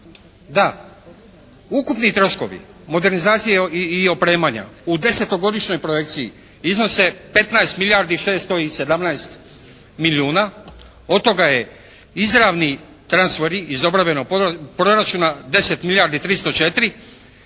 da ukupni troškovi modernizacije i opremanja u desetogodišnjoj projekciji iznose 15 milijardi 617 milijuna. Od toga je izravni transferi iz obrambenog proračuna 10 milijardi 304.